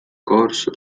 corso